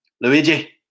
Luigi